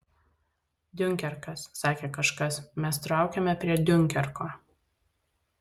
diunkerkas sakė kažkas mes traukiame prie diunkerko